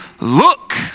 look